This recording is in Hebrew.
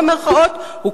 במירכאות כמובן,